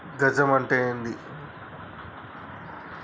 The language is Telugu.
గజం అంటే ఏంది?